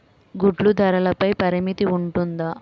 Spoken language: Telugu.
గుడ్లు ధరల పై పరిమితి ఉంటుందా?